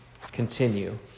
continue